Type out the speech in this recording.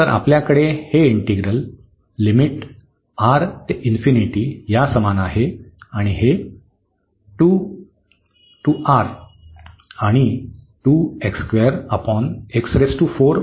तर आपल्याकडे हे इंटिग्रल लिमिट R ते समान आहे आणि हे 2 ते R आणि आहे